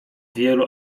wielu